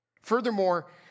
Furthermore